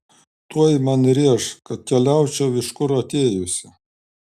tuoj man rėš kad keliaučiau iš kur atėjusi